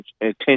attention